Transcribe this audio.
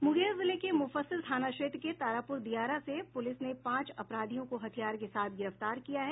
मूंगेर जिले के मूफस्सिल थाना क्षेत्र के तारापूर दियारा से पूलिस ने पांच अपराधियों को हथियार के साथ गिरफ्तार किया है